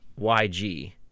YG